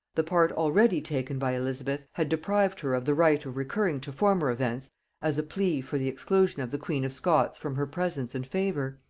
the part already taken by elizabeth had deprived her of the right of recurring to former events as a plea for the exclusion of the queen of scots from her presence and favor.